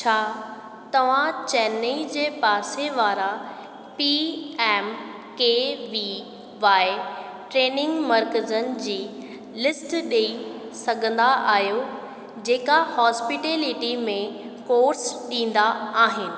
छा तव्हां चेन्नई जे पासे वारा P M K V Y training मर्कज़नि जी लिस्ट ॾेई सघंदा आहियो जेका हॉस्पिटैलिटी में कोर्स ॾींदा आहिनि